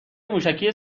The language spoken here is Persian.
موشکی